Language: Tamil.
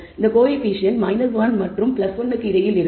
இந்த கோயபிசியண்ட் 1 மற்றும் 1 இடையில் இருக்கும்